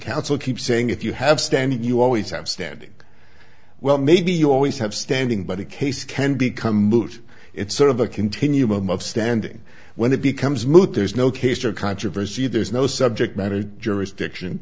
council keep saying if you have standing you always have standing well maybe you always have standing but a case can become moot it's sort of a continuum of standing when it becomes moot there's no case or controversy there's no subject matter jurisdiction